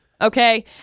Okay